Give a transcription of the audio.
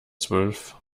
zwölf